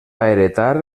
heretar